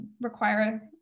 require